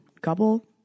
couple